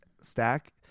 stack